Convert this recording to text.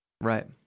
Right